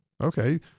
Okay